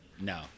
No